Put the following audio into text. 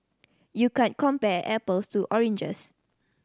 you can't compare apples to oranges